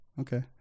Okay